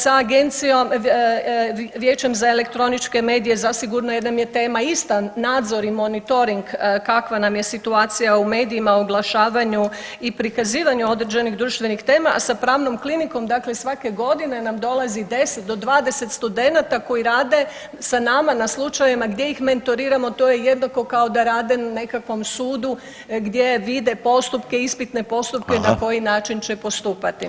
Sa agencijom, Vijećem za elektroničke medije zasigurno jer nam je tema ista, nadzor i monitoring kakva nam je situacija u medijima, oglašavanju i prikazivanju određenih društvenih tema, a sa pravnom klinikom dakle svake godine nam dolazi 10 do 20 studenata koji rade sa nama na slučajevima gdje ih mentoriramo, to je jednako kao da rade na nekakvom sudu gdje vide postupke, ispitne postupke [[Upadica Reiner: Hvala.]] na koji način će postupati